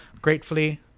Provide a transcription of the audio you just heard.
gratefully